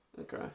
Okay